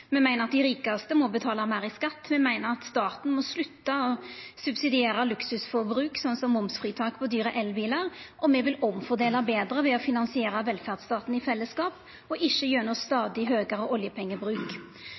Me meiner at dei rikaste må betala meir i skatt, me meiner at staten må slutta å subsidiera luksusforbruk som momsfritak på dyre elbilar, og me vil omfordela betre ved å finansiera velferdsstaten i fellesskap og ikkje gjennom